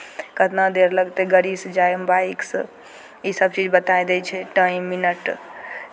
तऽ कितना देर लगतै गाड़ीसँ जायमे बाइकसँ ई सभचीज बताए दै छै टाइम मिनट